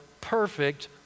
perfect